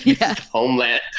homeland